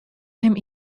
him